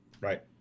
Right